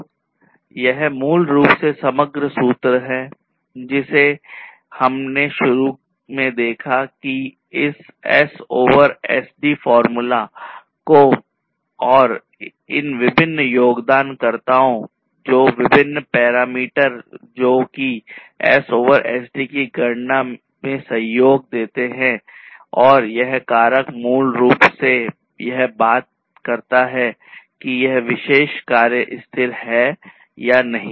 तो यह मूल रूप से समग्र सूत्र है जिसे हमने शुरू में देखा इस S ओवर SD फॉर्मूला जो कि S ओवर SD की गणना यह सहयोग देते हैं और यह कारक मूल रूप से यह बात करता है कि यह विशेष कार्य स्थिर है या नहीं